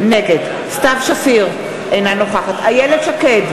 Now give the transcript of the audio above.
נגד סתיו שפיר, אינה נוכחת איילת שקד,